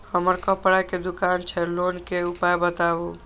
हमर कपड़ा के दुकान छै लोन के उपाय बताबू?